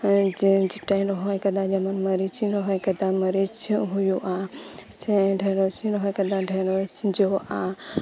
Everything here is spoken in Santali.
ᱡᱮ ᱡᱮᱴᱟᱧ ᱨᱚᱦᱚᱭ ᱟᱠᱟᱫᱟ ᱡᱮ ᱢᱟᱹᱨᱤᱪᱤᱧ ᱨᱚᱦᱚᱭ ᱟᱠᱟᱫᱟ ᱢᱟᱹᱨᱤᱪ ᱦᱳᱭᱳᱜᱼᱟ ᱥᱮ ᱰᱷᱮᱲᱚᱥ ᱨᱚᱦᱚᱭ ᱟᱠᱟᱫᱟ ᱰᱷᱮᱸᱲᱚᱥ ᱡᱚᱜᱼᱟ